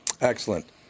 Excellent